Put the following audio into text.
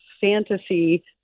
fantasy